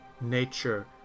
nature